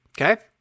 Okay